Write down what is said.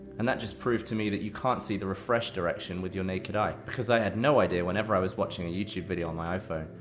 and that just proved to me that you can't see the refresh direction with your naked eye, because i had no idea, whenever i was watching a youtube video on my iphone,